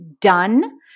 done